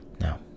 Now